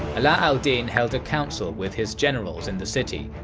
ala al-din held a council with his generals in the city,